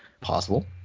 Possible